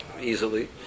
easily